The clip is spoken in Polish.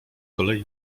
kolei